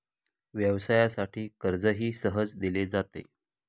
व्यवसायासाठी कर्जही सहज दिले जाते